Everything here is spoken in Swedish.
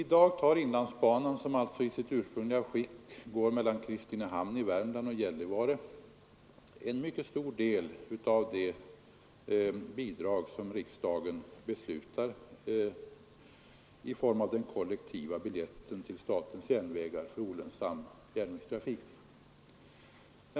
I dag tar inlandsbanan, som alltså i sin ursprungliga sträckning går mellan Kristinehamn och Gällivare, en mycket stor del av de bidrag riksdagen ger genom den kollektiva biljetten till statens järnvägar för olönsam järnvägstrafik.